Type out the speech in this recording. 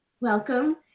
Welcome